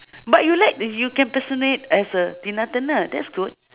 but you like you can impersonate as uh tina-turner that's good